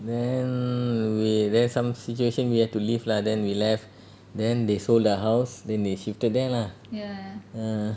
then we there's some situation we have to leave lah then we left then they sold the house then they shifted there lah uh